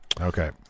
Okay